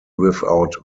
without